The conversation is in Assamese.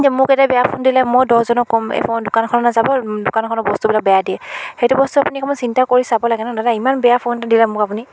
যে মোক এতিয়া বেয়া ফোন দিলে মই দহজনক ক'ম এইখন দোকানখনত নাযাব দোকানখনৰ বস্তুবিলাক বেয়া দিয়ে সেইটো বস্তু আপুনি অকণমান চিন্তা কৰি চাব লাগে ন দাদা ইমান বেয়া ফোন দিলে মোক আপুনি